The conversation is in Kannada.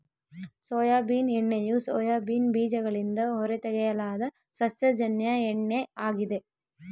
ಸೋಯಾಬೀನ್ ಎಣ್ಣೆಯು ಸೋಯಾಬೀನ್ ಬೀಜಗಳಿಂದ ಹೊರತೆಗೆಯಲಾದ ಸಸ್ಯಜನ್ಯ ಎಣ್ಣೆ ಆಗಿದೆ